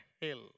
hill